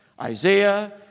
Isaiah